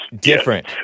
different